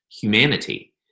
humanity